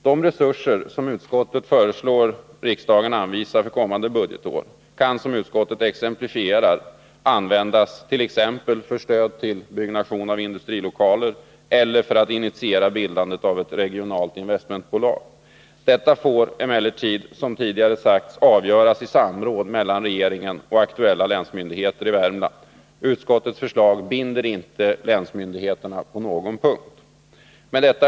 De resurser som utskottet föreslår riksdagen anvisa för kommande budgetår kan, som utskottet exemplifierar, användas t.ex. för stöd till byggnation av industrilokaler eller för att initiera bildandet av ett regionalt investmentbolag. Detta får emellertid, som tidigare sagts, avgöras i samråd mellan regeringen och aktuella länsmyndigheter i Värmland. Utskottets förslag binder inte länsmyndigheterna på någon punkt. Herr talman!